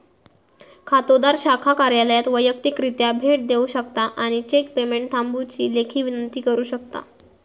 खातोदार शाखा कार्यालयात वैयक्तिकरित्या भेट देऊ शकता आणि चेक पेमेंट थांबवुची लेखी विनंती करू शकता